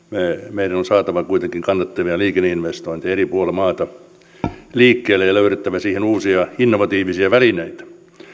meidän on saatava kuitenkin kannattavia liikenneinvestointeja eri puolilla maata liikkeelle ja löydettävä siihen uusia innovatiivisia välineitä